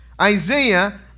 Isaiah